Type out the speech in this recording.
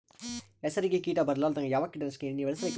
ಹೆಸರಿಗಿ ಕೀಟ ಬರಲಾರದಂಗ ಯಾವ ಕೀಟನಾಶಕ ಎಣ್ಣಿಬಳಸಬೇಕು?